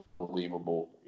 unbelievable –